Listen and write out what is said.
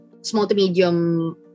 small-to-medium